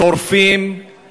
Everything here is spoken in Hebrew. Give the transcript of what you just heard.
שורפים,